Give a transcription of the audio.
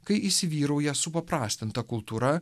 kai įsivyrauja supaprastinta kultūra